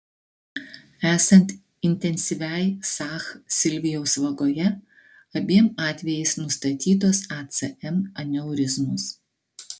esant intensyviai sah silvijaus vagoje abiem atvejais nustatytos acm aneurizmos